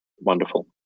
Wonderful